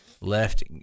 left